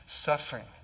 suffering